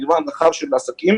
מגוון רחב של עסקים,